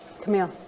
Camille